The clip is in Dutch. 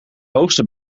hoogste